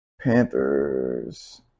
Panthers